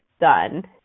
done